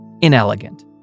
inelegant